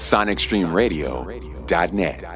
sonicstreamradio.net